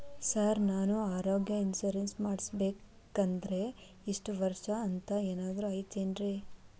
Sir ನಾನು ಆರೋಗ್ಯ insurance ಮಾಡಿಸ್ಬೇಕಂದ್ರೆ ಇಷ್ಟ ವರ್ಷ ಅಂಥ ಏನಾದ್ರು ಐತೇನ್ರೇ?